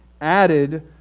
added